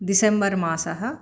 दिसेम्बर् मासः